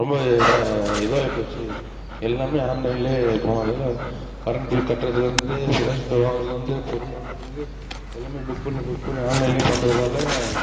ரொம்ப ர இதாயி போச்சு எல்லாம் ஆன்லைன்லேயே போனதால் கரண்ட் பில் கட்டுறதுலேருந்து வாங்குறதுலேருந்து பொருள் வாங்குறதுலேருந்து எல்லாம் புக் பண்ணி புக் பண்ணி ஆன்லைன்லேயே பண்ணுறதால